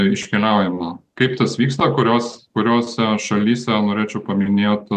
iškeliaujama kaip tas vyksta kurios kuriose šalyse norėčiau paminėt